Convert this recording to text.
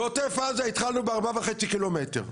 בעוטף עזה התחלנו ב-4.5 קילומטר,